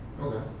okay